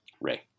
ray